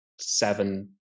seven